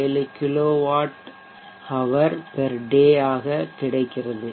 7 kWh day ஆக கிடைக்கிறது